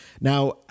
Now